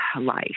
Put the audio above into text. life